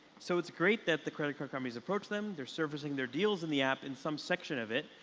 so it's great that the credit card companies approach them, they're surfacing their deals in the app in some section of it,